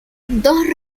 dos